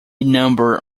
number